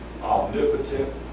Omnipotent